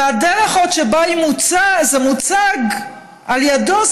ועוד הדרך שבה זה מוצג על ידו,